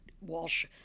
Walsh